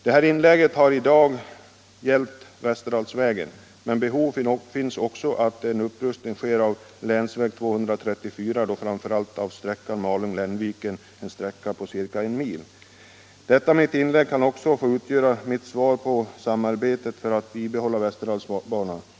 Mitt inlägg i dag har gällt Västerdalsvägen, men behov finns också av upprustning av länsväg 234, framför allt på sträckan Malung-Lännviken — en sträcka på ca 1 mil. Detta mitt anförande kan också få utgöra mitt besked när det gäller samarbetet för att bibehålla Västerdalsbanan.